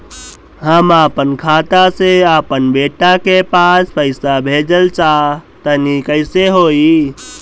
हम आपन खाता से आपन बेटा के पास पईसा भेजल चाह तानि कइसे होई?